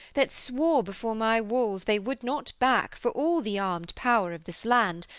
that swore before my walls they would not back for all the armed power of this land,